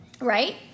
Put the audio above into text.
right